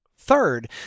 Third